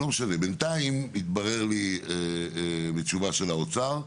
בינתיים התברר לי, מתשובה של האוצר,